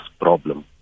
problem